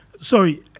Sorry